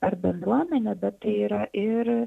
ar bendruomene bet tai yra ir